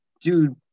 dude